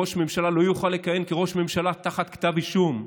ראש ממשלה לא יוכל לכהן כראש ממשלה תחת כתב אישום,